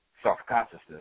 Self-consciousness